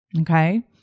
Okay